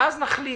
ואז נחליט